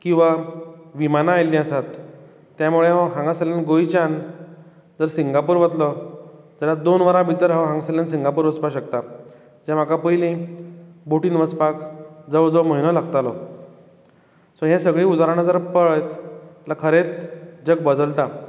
किवां विमानां आयिल्लीं आसात त्यामुळे हांगासल्ल्यान गोंयच्यान जर सिंगापूर वतलो जाल्यार दोन वरां भितर हांव हांगासल्ल्यान सिंगापूर पचपाक शकता कित्याक जें म्हाका पयलीं बोटीन वचपाक जवळ जवळ म्हयनो लागतालो तर हें सगळें उदाहरणां जर पळयत जाल्यार खरेंत जग बदलता